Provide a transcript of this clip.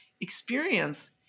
experience